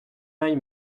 aille